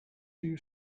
you